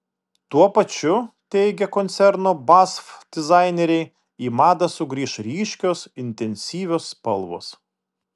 tuo pačiu teigia koncerno basf dizaineriai į madą sugrįš ryškios intensyvios spalvos